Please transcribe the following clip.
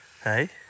Hey